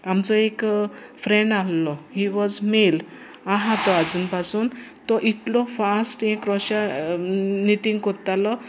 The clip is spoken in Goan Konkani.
आमचो एक फ्रेंड आसलो ही वॉज मेल आसा तो आजून पासून तो इतलो फास्ट हें क्रोशर निटींग कोत्तालो